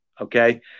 Okay